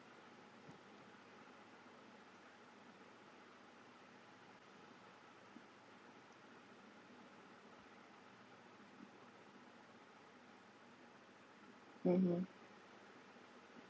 mmhmm